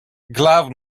угрозой